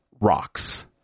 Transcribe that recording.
rocks